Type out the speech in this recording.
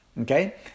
okay